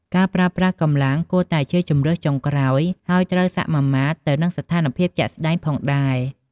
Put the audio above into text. ការប្រើប្រាស់កម្លាំងគួរតែជាជម្រើសចុងក្រោយ ហើយត្រូវសមាមាត្រទៅនឹងស្ថានភាពជាក់ស្តែងផងដែរ។